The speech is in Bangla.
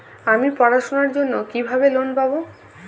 আমি পড়াশোনার জন্য কিভাবে লোন পাব?